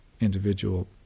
individual